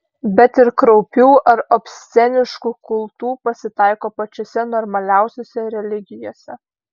bet ir kraupių ar obsceniškų kultų pasitaiko pačiose normaliausiose religijose